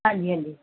ਹਾਂਜੀ ਹਾਂਜੀ